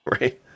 right